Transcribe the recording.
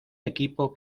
equipo